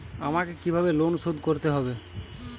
আমাকে কিভাবে লোন শোধ করতে হবে?